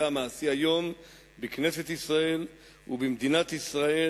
המעשי היום בכנסת ישראל ובמדינת ישראל,